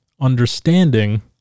understanding